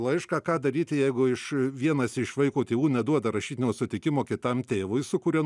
laišką ką daryti jeigu iš vienas iš vaiko tėvų neduoda rašytinio sutikimo kitam tėvui su kuriuo